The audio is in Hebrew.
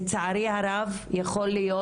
לצערי הרב, יכול להיות